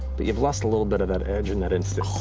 but you've lost a little bit of that edge in that instance.